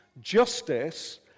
justice